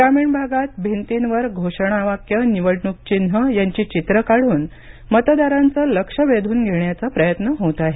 ग्रामीण भागात भिंतींवर घोषणावाक्य निवडणुक चिन्ह यांची चित्रं काढून मतदारांचं लक्ष वेधून घेण्याचा प्रयत्न होत आहे